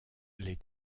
les